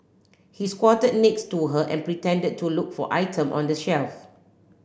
he squatted next to her and pretended to look for item on the shelf